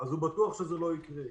הוא בטוח שזה לא יקרה.